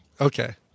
Okay